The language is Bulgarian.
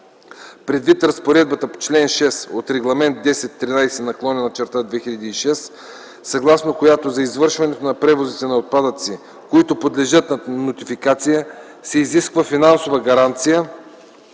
Предвид разпоредбата от чл. 6 от Регламент 1013/2006, съгласно която за извършването на превоз на отпадъци, които подлежат на нотификация, се изисква финансова гаранция